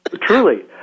Truly